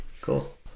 cool